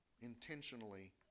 Intentionally